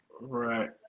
Right